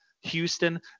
Houston